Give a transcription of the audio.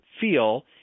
feel